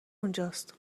اونجاست